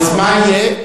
אז מה יהיה?